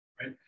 Right